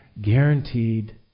guaranteed